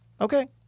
okay